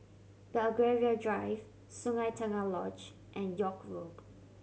Belgravia Drive Sungei Tengah Lodge and York Road